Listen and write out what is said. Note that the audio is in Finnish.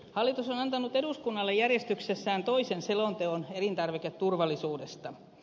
hallitus on antanut eduskunnalle järjestyksessään toisen selonteon elintarviketurvallisuudesta